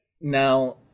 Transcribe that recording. Now